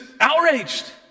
outraged